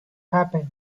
happened